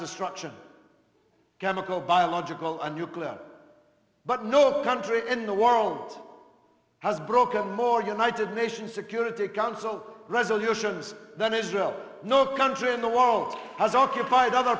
destruction chemical biological or nuclear but no country in the world has broken more united nations security council resolutions than israel no country in the world has o